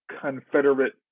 Confederate